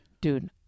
Dude